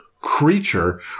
creature